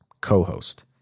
co-host